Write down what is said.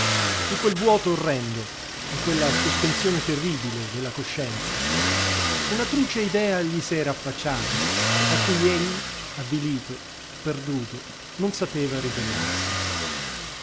in quel vuoto orrendo in quella sospensione terribile della coscienza una truce idea gli s'era affacciata a cui egli avvilito perduto non sapeva ribellarsi